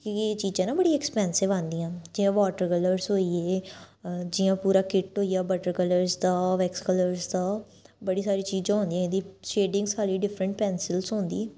कि के एह् चीजां ना बड़ी एक्सपेंसिव आंदियां जियां वॉटर कलर्स होई गे जियां पूरा किट्ट होई गेआ वॉटर कलर्स दा वैक्स कलर्स दा बड़ी सारी चीजां होंदियां एह्दी शेडिंग सारी डिफरेंट पेंसिलस होंदी